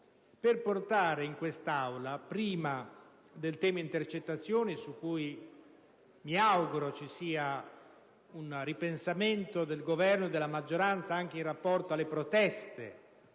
del giorno affinché prima del tema intercettazioni, su cui mi auguro vi sia un ripensamento del Governo e della maggioranza anche in rapporto alle proteste